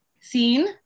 seen